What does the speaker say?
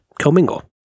commingle